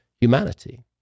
humanity